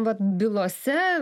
vat bylose